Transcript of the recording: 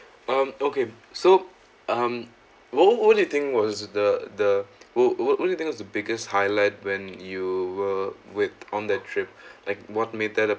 um okay so um well what you think was the the well what do you think was the biggest highlight when you were with on that trip like what made that